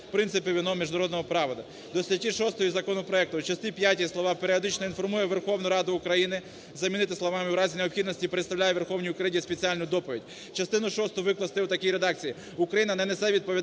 принципів і норм міжнародного права". До статті 6 законопроекту у частині п'ятій слова "періодично інформує Верховну Раду України" замінити словами "в разі необхідності представляє Верховній Раді України спеціальну доповідь". Частину шосту викласти в такій редакції: "Україна не несе відповідальність